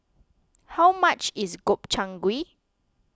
how much is Gobchang Gui